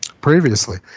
previously